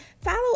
Follow